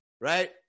Right